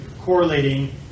correlating